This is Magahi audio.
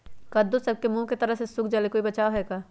कददु सब के मुँह के तरह से सुख जाले कोई बचाव है का?